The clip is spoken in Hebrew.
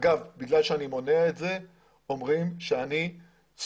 אגב, בגלל שאני מונע את זה, אומרים שאני שמאלני.